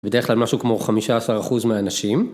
בדרך כלל משהו כמו 15% מהאנשים.